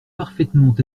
parfaitement